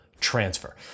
transfer